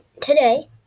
today